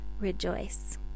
rejoice